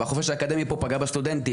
והחופש האקדמי פה פגע בסטודנטים.